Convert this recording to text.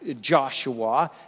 Joshua